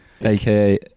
aka